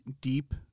deep